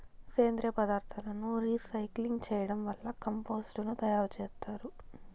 సేంద్రీయ పదార్థాలను రీసైక్లింగ్ చేయడం వల్ల కంపోస్టు ను తయారు చేత్తారు